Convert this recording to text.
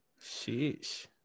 Sheesh